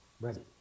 Ready